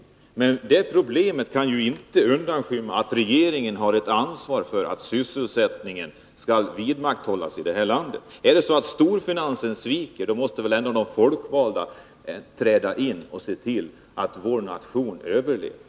Men det problemet kan inte undanskymma att regeringen har ett ansvar för att sysselsättningen skall vidmakthållas i landet. Om storfinansen sviker, måste ändå de folkvalda träda in och se till att vår nation överlever!